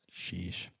Sheesh